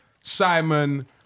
Simon